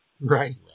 right